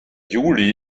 juli